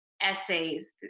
essays